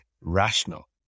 rational